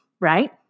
right